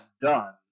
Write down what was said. done